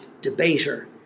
debater